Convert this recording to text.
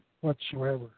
whatsoever